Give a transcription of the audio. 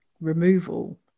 removal